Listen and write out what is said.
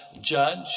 judge